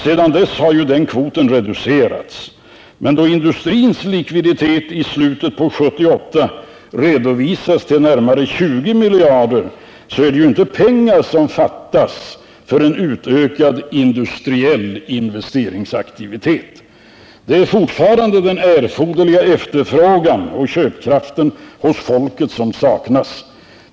Sedan dess har den kvoten reducerats, men eftersom industrins likviditet i slutet av 1978 redovisas till närmare 20 miljarder, är det ju inte pengar som fattas för en utökad industriell investeringsaktivitet. Det är fortfarande den erforderliga efterfrågan och köpkraften hos folket som saknas.